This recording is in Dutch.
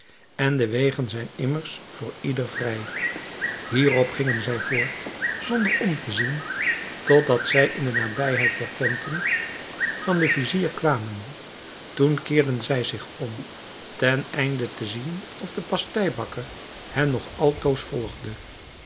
en de wegen zijn immers voor ieder vrij hierop gingen zij voort zonder om te zien tot dat zij in de nabijheid der tenten van den vizier kwamen toen keerden zij zich om ten einde te zien of de pasteibakker hen nog altoos volgde